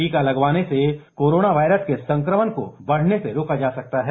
टीका लगवाने से कोरोना वायरस के संक्रमण को बढ़ने से रोका जा सकता है